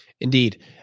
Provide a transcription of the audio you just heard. Indeed